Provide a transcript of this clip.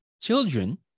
children